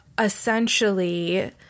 essentially